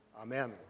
Amen